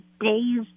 days